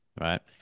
Right